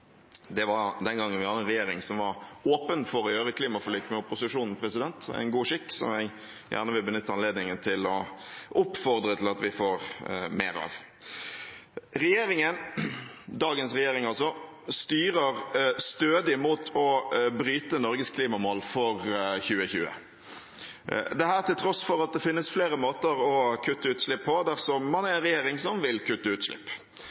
Det var den gangen vi hadde en regjering som var åpen for å inngå klimaforlik med opposisjonen – en god skikk som jeg gjerne vil benytte anledningen til å oppfordre til at vi får mer av. Regjeringen – dagens regjering, altså – styrer stødig mot å bryte Norges klimamål for 2020, dette til tross for at det finnes flere måter å kutte utslipp på, dersom man er en regjering som vil kutte utslipp.